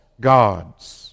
gods